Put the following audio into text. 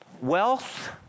wealth